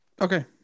okay